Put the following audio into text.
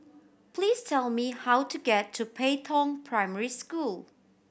please tell me how to get to Pei Tong Primary School